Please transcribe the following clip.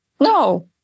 No